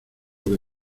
que